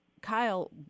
Kyle